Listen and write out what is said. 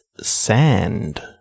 sand